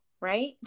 right